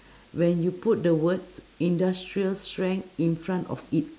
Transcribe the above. when you put the words industrial strength in front of it